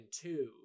two